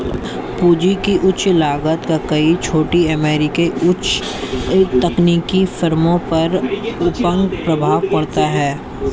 पूंजी की उच्च लागत का कई छोटी अमेरिकी उच्च तकनीकी फर्मों पर अपंग प्रभाव पड़ता है